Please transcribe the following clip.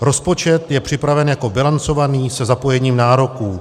Rozpočet je připraven jako bilancovaný se zapojením nároků.